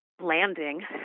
landing